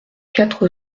quatre